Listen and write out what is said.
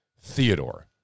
Theodore